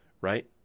right